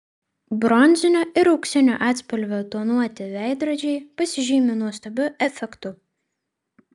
bronzinio ir auksinio atspalvio tonuoti veidrodžiai pasižymi nuostabiu efektu